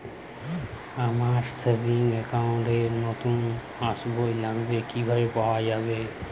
আমার savings account র নতুন পাসবই লাগবে, কিভাবে পাওয়া যাবে?